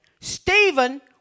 Stephen